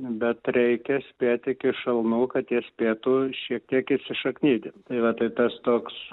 bet reikia spėt iki šalnų kad jie spėtų šiek tiek įsišaknyti tai va tai tas toks